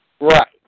Right